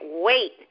wait